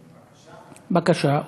בקשה?